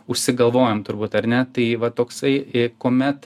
užsigalvojom turbūt ar ne tai va toksai į kuomet